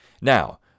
Now